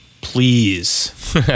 please